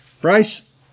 Bryce